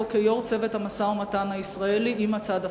כראש צוות המשא-ומתן הישראלי עם הצד הפלסטיני.